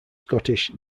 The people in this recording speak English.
scottish